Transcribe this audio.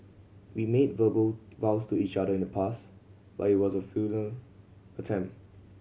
we made verbal vows to each other in the past but it was a attempt